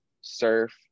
surf